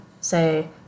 say